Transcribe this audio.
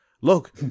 Look